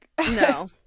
No